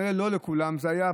כנראה שלא על כולם הוא היה,